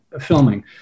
filming